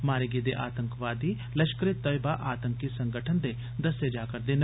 मारे गेदे आतंकी लश्करे तैयबा आतंकी संगठन दे दस्से जा करदे न